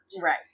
Right